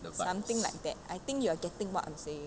something like that I think you are getting what I'm saying